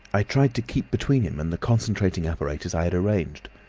i tried to keep between him and the concentrating apparatus i had arranged,